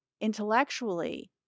intellectually